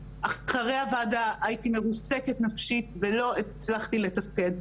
אחרי הוועדה הייתי מרוסקת נפשית ולא הצלחתי לתפקד,